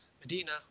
Medina